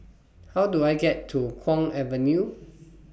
How Do I get to Kwong Avenue